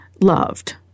loved